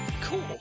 Cool